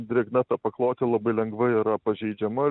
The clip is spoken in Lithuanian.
drėgna ta paklotė labai lengvai yra pažeidžiama